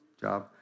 job